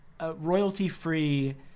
royalty-free